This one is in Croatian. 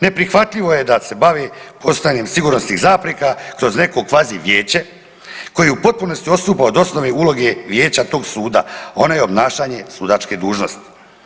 Neprihvatljivo je da se bave postojanjem sigurnosnih zapreka kroz neko kvazi Vijeće koje u potpunosti odstupa od osnovne uloge Vijeća tog suda, a ono je obnašanje sudačke dužnosti.